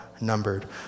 numbered